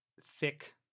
thick